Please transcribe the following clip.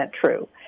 true